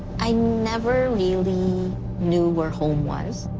i never really knew where home was.